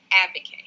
advocate